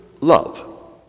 love